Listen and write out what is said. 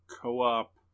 co-op